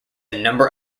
number